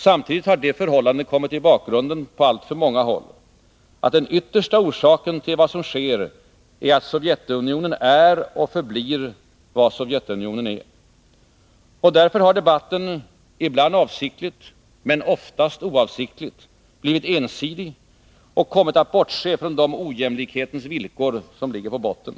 Samtidigt har på alltför många håll det förhållandet kommit i bakgrunden, att den yttersta orsaken till vad som sker är att Sovjetunionen är och förblir vad Sovjetunionen är. Därför har debatten — ibland avsiktligt, men oftast oavsiktligt — blivit ensidig och kommit att bortse från de ojämlikhetens villkor som ligger i botten.